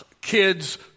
kid's